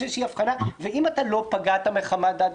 ואם לא פגעת מחמת דת,